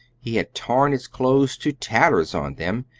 he had torn his clothes to tatters on them,